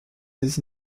les